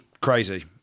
crazy